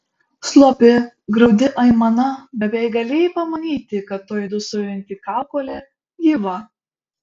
slopi graudi aimana beveik galėjai pamanyti kad toji dūsaujanti kaukolė gyva